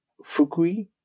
Fukui